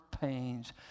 pains